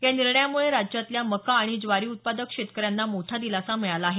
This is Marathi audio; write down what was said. या निर्णयामुळे राज्यातल्या मका आणि ज्वारी उत्पादक शेतकऱ्यांना मोठा दिलासा मिळाला आहे